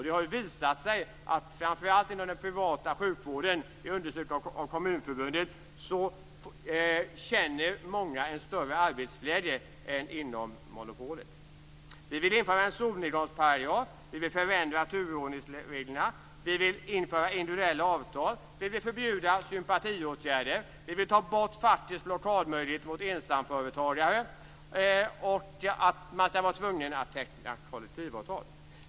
Det har i undersökningar från Kommunförbundet visat sig att många känner en större arbetsglädje framför allt inom den privata sjukvården än inom monopolet. Vi vill införa en solnedgångsparagraf. Vi vill förändra turordningsreglerna. Vi vill införa individuella avtal. Vi vill förbjuda sympatiåtgärder. Vi vill ta bort fackets blockadmöjlighet mot ensamföretagare och tvånget att teckna kollektivavtal.